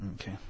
Okay